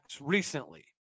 recently